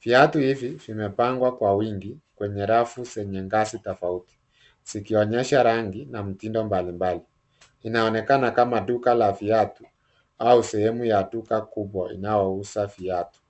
Viatu hivi vimepangwa kwa wingi kwenye rafu zenye rangi tofauti zikionyesha rangi na mitindo mbalimbali. Inaonekana kama duka la viatu au sehemu ya duka kubwa inayouza viatu.